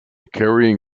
carrying